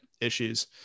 issues